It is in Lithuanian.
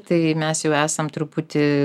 tai mes jau esam truputį